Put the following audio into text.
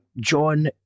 John